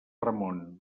ramon